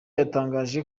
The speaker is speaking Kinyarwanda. yatangaje